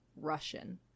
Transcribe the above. Russian